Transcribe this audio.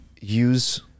use